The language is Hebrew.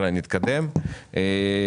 נתקדם ונראה.